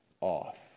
off